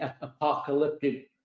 apocalyptic